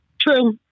True